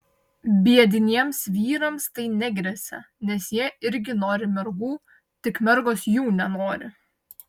biedniems vyrams tai negresia nes jie irgi nori mergų tik mergos jų nenori